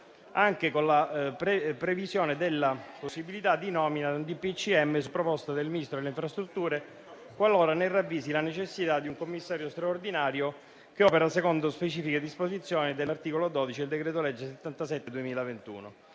decreto del Presidente del Consiglio dei ministri, su proposta del Ministro delle infrastrutture, qualora ne ravvisi la necessità - di un commissario straordinario che opera secondo specifiche disposizioni dell'articolo 12 del decreto-legge n. 77 del 2021.